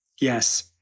Yes